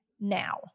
now